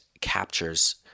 captures